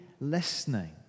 listening